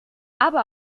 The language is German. aber